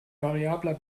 variabler